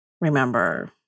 remember